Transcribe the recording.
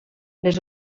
les